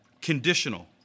Conditional